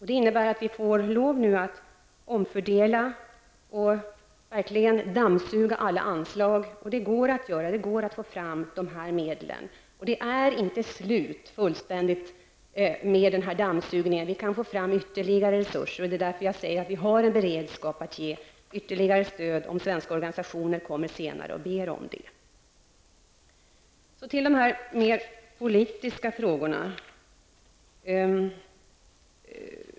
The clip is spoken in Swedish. Det innebär att vi nu får lov att omfördela och verkligen dammsuga alla anslag. Det går att få fram de medel som behövs, och det är inte fullständigt slut i och med detta, utan vi kan få fram ytterligare resurser. Det är därför jag säger att vi har en beredskap att ge ytterligare stöd, om svenska organisationer kommer senare och ber om det. Så till de mer politiska frågorna.